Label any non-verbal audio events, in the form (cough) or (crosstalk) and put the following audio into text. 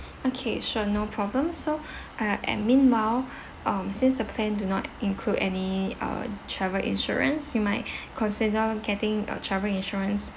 okay sure no problem so (breath) uh and meanwhile um since the plan do not include any uh travel insurance you might (breath) consider getting a travel insurance